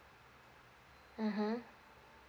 mmhmm